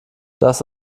das